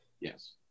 Yes